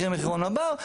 מחיר מחירון מב"ר,